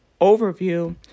overview